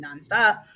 nonstop